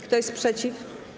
Kto jest przeciw?